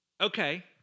okay